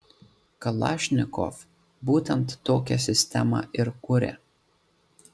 kalašnikov būtent tokią sistemą ir kuria